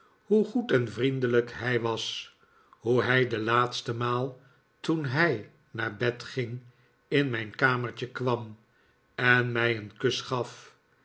hoe goed en vriendelijk hij was hoe hij de laatste maal toen hij naar bed ging in mijn kamertje kwam en mij een kus g'af